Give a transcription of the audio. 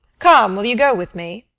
come, will you go with me?